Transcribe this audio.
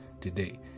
today